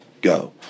go